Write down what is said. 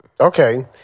Okay